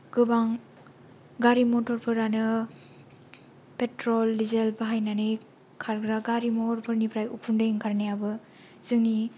गोबां गारि मथरफोरानो पेट्रल दिजेल बाहायनानै खारग्रा गारि मथरफोरनिफ्राय उखुन्दै ओंखारनायाबो जोंनि